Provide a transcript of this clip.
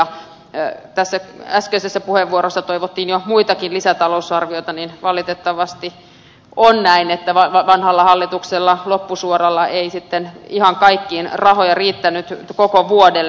kun tässä äskeisessä puheenvuorossa toivottiin jo muitakin lisätalousarvioita niin valitettavasti on näin että vanhalla hallituksella loppusuoralla ei sitten ihan kaikkiin asioihin rahoja riittänyt koko vuodelle